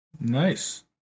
Nice